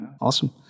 Awesome